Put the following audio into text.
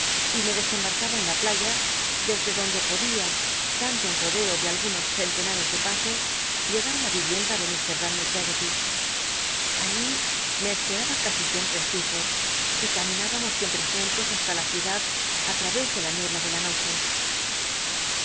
y que me desembarcaba en la playa dc dc donde podía dando un rodeo de algunos centenares de pasos llegar ti la yi ienda de mt daniel l'eggoty allí me esperaba casi siempre stecrl'oelh y camin ibamos siempre j untos hasta la ciudad á trarés ele la niebla de la noche